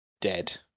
dead